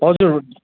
हजुर हुन्